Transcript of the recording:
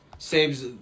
saves